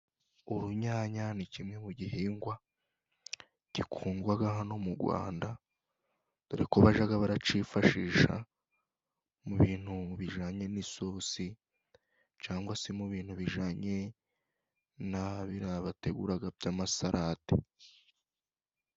Urunyanya ni kimwe mu gihingwa gikundwa hano mu Rwanda, dore ko bajya baracyifashisha mu bintu bijyanye n'isosi, cyangwa se mu bintu bijyanye na biriya bategura by'amasarade.